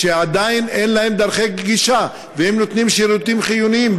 שעדיין אין אליהם דרכי גישה והם נותנים שירותים חיוניים,